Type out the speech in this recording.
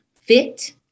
fit